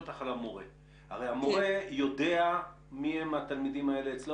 הרי המורה יודע מי הם התלמידים האלה אצלו,